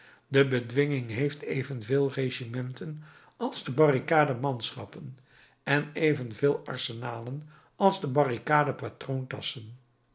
de bedwinging heeft evenveel regimenten als de barricade manschappen en evenveel arsenalen als de barricade